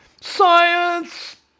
Science